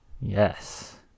Yes